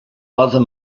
other